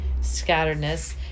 scatteredness